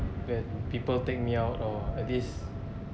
when people take me out or at least